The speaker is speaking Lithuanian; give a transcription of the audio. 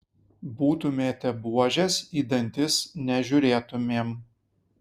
būtumėte buožės į dantis nežiūrėtumėm